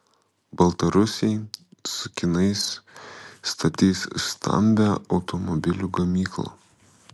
baltarusiai su kinais statys stambią automobilių gamyklą